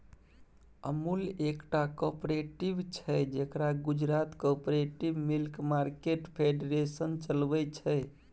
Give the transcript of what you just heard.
अमुल एकटा कॉपरेटिव छै जकरा Gujarat cooperative milk market federation चलबै छै